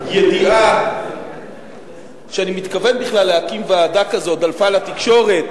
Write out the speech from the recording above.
הידיעה שאני מתכוון בכלל להקים ועדה כזאת דלפה לתקשורת